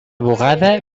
bugada